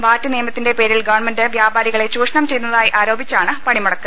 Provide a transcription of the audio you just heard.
വാറ്റ് നിയമത്തിന്റെ പേരിൽ ഗവൺമെന്റ് വ്യാപാരികളെ ചൂഷണ് ം ചെയ്യുന്നതായി ആരോപിച്ചാണ് പണിമുടക്ക്